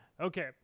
okay